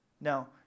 Now